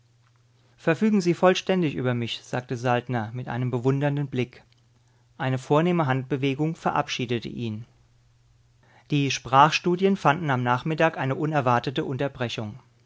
verfügen sie vollständig über mich sagte saltner mit einem bewundernden blick eine vornehme handbewegung verabschiedete ihn die sprachstudien fanden am nachmittag eine unerwartete unterbrechung